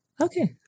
Okay